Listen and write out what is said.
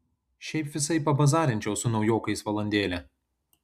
šiaip visai pabazarinčiau su naujokais valandėlę